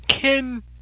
Ken